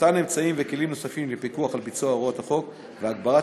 מתן אמצעים וכלים נוספים לפיקוח על ביצוע הוראות החוק והגברת